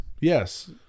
Yes